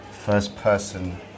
first-person